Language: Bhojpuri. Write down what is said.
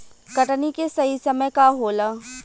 कटनी के सही समय का होला?